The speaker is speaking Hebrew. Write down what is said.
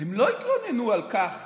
הם לא התלוננו על כך